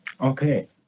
okay